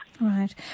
Right